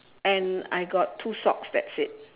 and I got two socks that's it